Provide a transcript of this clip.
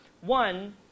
One